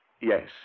Yes